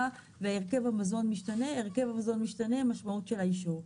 והרכב המזון משתנה והמשמעות של האישור.